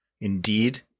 Indeed